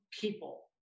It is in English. people